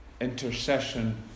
intercession